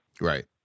Right